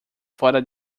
fora